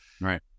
Right